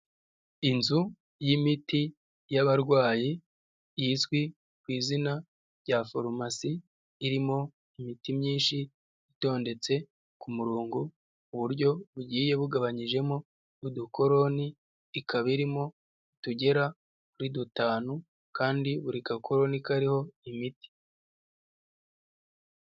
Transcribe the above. Inzu y'imiti y'abarwayi izwi ku izina rya farumasi, irimo imiti myinshi itondetse ku murongo, ku buryo bugiye bugabanyijemo udukoloni, ikaba irimo utugera kuri dutanu kandi buri gakoloni kariho imiti.